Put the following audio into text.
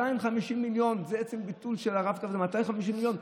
בעצם, ביטול הרב-קו זה 250 מיליון.